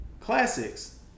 classics